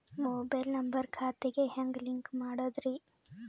Mobile number ಖಾತೆ ಗೆ ಹೆಂಗ್ ಲಿಂಕ್ ಮಾಡದ್ರಿ?